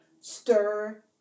stir